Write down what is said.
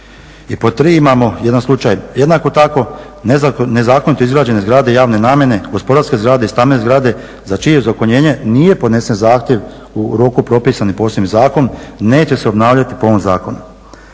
I pod 3. imamo jedan slučaj jednako tako nezakonito izgrađene zgrade javne namjene, gospodarske zgrade i stambene zgrade za čije ozakonjenje nije podnesen zahtjev u roku posebnim propisanim zakonom i neće se obnavljati po ovom zakonu.